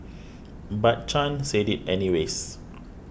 but Chan said it anyways